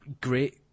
great